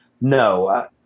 No